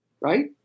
right